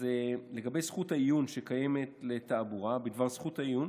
לגבי זכות העיון שקיימת לתעבורה, בדבר זכות העיון